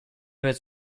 was